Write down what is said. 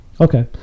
okay